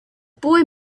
boy